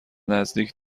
نزدیک